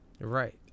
Right